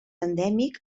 endèmic